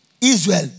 Israel